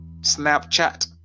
Snapchat